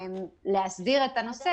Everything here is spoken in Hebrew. להסדיר את הנושא,